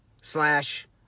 slash